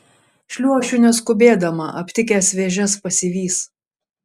šliuošiu neskubėdama aptikęs vėžes pasivys